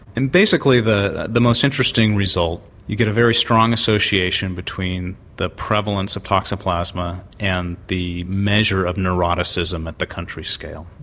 and basically the the most interesting result you get a very strong association between the prevalence of toxoplasma and the measure of neuroticism at the country scale.